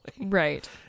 right